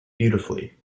beautifully